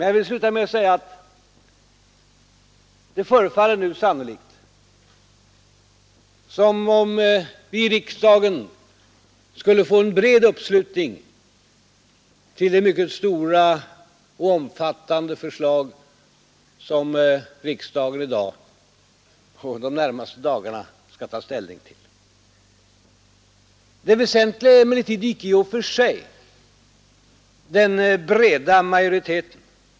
Jag vill sluta med att säga att det nu förefaller sannolikt att vi skall få en bred uppslutning kring de mycket stora och omfattande förslag som riksdagen i dag och de närmaste dagarna skall ta ställning till. Det väsentliga är emellertid icke i och för sig den breda majoriteten.